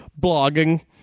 blogging